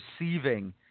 receiving